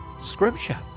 Scripture